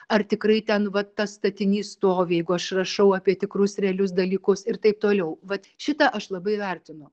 ar tikrai ten va tas statinys stovi jeigu aš rašau apie tikrus realius dalykus ir taip toliau vat šitą aš labai vertinu